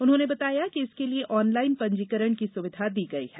उन्होंने बताया कि इसके लिए ऑनलाइन पंजीकरण की सुविधा दी गयी है